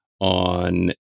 on